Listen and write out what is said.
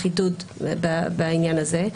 חידוד בעניין הזה.